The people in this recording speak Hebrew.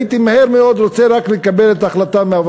הייתי רוצה רק לקבל את ההחלטה מהר מאוד